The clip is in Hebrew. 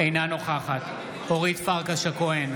אינה נוכחת אורית פרקש הכהן,